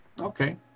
Okay